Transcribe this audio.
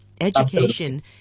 education